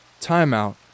timeout